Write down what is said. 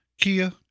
Kia